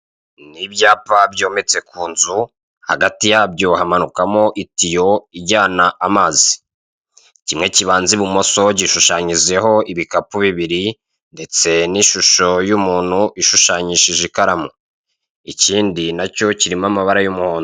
Ni ibyapa byometse kunzu, hagati yabyo hamanukamo itiyo, ijyana amazi kimwe kibanza ibumoso, gishushanyijeho ibikapu bibiri, ndetse n'ishusho y'umuntu ishushanyishije ikaramu. Ikindi na cyo kirimo amabara y'umuhondo.